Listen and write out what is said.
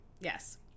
Yes